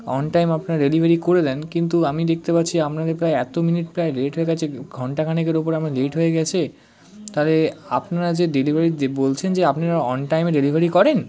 on time আপনারা delivery করে দেন কিন্তু আমি দেকতে পাচ্ছি আমনাদের প্রায় এত মিনিট প্রায় লেট হয়ে গেছে ঘন্টা খানেকের ওপরে আমার লেট হয়ে গেছে তাহলে আপনারা যে ডেলিভারি দে বলছেন যে আপনারা অন টাইমে ডেলিভারি করেন